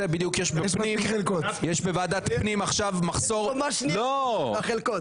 יש קומה שנייה בחלקות.